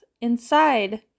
inside